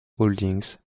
holdings